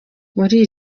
muri